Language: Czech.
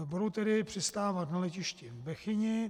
Budou tedy přistávat na letišti v Bechyni.